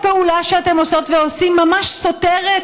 הפעולה שאתן עושות ועושים ממש סותרת